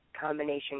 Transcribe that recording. combination